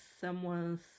someone's